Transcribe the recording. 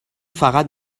فقط